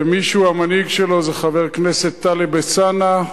ומי שהמנהיג שלו זה חבר הכנסת טלב אלסאנע,